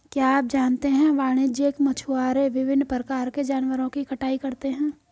क्या आप जानते है वाणिज्यिक मछुआरे विभिन्न प्रकार के जानवरों की कटाई करते हैं?